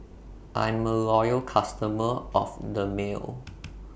I'm A Loyal customer of Dermale